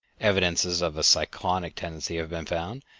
evidences of a cyclonic tendency have been found,